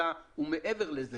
אלא הוא מעבר לזה.